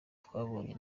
twabonye